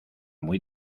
muy